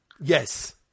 Yes